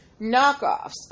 knockoffs